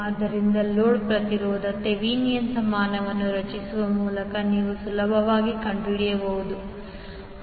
ಆದ್ದರಿಂದ ಲೋಡ್ ಪ್ರತಿರೋಧ ಥೆವೆನಿನ್ ಸಮಾನವನ್ನು ರಚಿಸುವ ಮೂಲಕ ನೀವು ಸುಲಭವಾಗಿ ಕಂಡುಹಿಡಿಯಬಹುದು